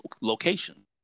location